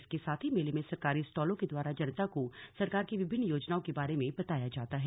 इसके साथ ही मेले में सरकारी स्टॉलों के द्वारा जनता को सरकार की विभिन्न योजनाओं के बारे में बताया जाता है